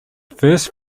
first